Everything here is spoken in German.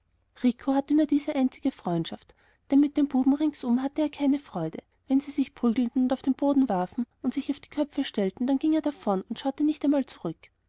hatte auch nur diese einzige freundschaft denn mit den buben ringsherum hatte er keine freude und wenn sie sich prügelten und auf dem boden herumwarfen und sich auf die köpfe stellten dann ging er davon und schaute nicht einmal zurück